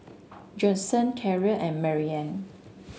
Judson Terrell and Marianne